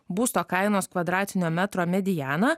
būsto kainos kvadratinio metro medianą